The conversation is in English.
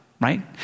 right